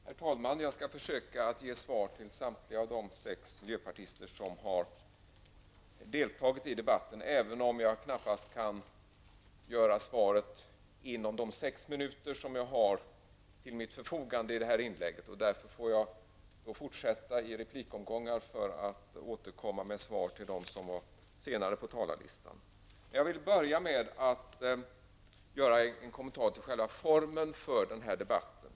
Herr talman! Jag skall försöka att ge svar till samtliga de sex miljöpartister som har deltagit i debatten, även om jag knappast kan ge svaren inom de sex minuter som jag har till mitt förfogande i detta inlägg. Därför får jag fortsätta i replikomgången och återkomma med svaren till dem som är upptagna senare på talarlistan. Jag vill börja med att göra en kommentar till själva formen för debatten.